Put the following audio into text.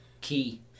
key